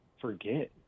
forget